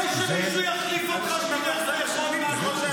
אולי שמישהו יחליף אותך, שתלך לאכול משהו?